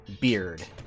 beard